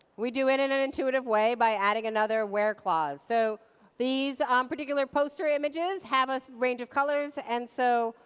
we do it in an intuitive way by adding another where clause. so these um particular poster images have a range of colors. and so,